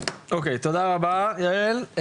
אוקיי, תודה רבה יעל.